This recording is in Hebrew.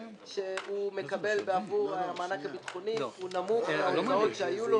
שהוא מקבל בעבור המענק הביטחוני הוא נמוך מן ההוצאות שהיו לו,